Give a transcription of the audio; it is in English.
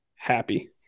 Happy